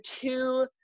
two